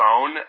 phone